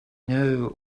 know